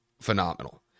phenomenal